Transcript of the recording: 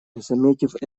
заметив